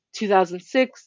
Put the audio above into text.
2006